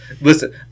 Listen